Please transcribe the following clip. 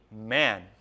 man